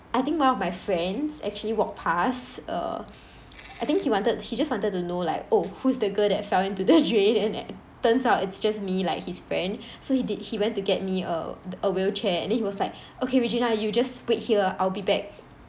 I think one of my friends actually walked pass uh I think he wanted he just wanted to know like oh who's the girl that fell into the drain and it turns out it's just me like his friend so he did he went to get me a a wheelchair and then he was like okay regina you just wait here I'll be back